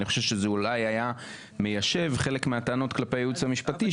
אני חושב שזה אולי היה מיישב חלק מהטענות כלפי הייעוץ המשפטי.